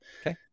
okay